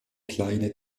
kleine